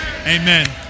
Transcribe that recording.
amen